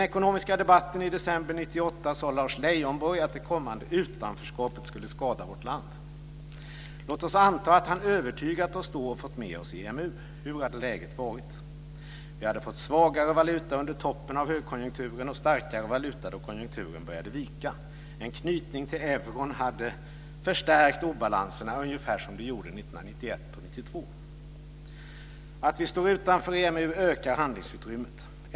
Lars Leijonborg att det kommande utanförskapet skulle skada vårt land. Låt oss anta att han hade övertygat oss då och fått med oss i EMU. Hur hade läget då varit? Vi hade fått en svagare valuta under toppen av högkonjunkturen och starkare valuta då konjunkturen började vika. En knytning till euron hade förstärkt obalanserna ungefär som 1991 och 1992. Att vi står utanför EMU ökar handlingsutrymmet.